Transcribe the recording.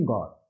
God